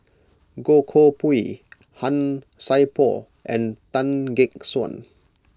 Goh Koh Pui Han Sai Por and Tan Gek Suan